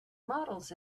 models